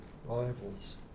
rivals